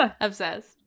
obsessed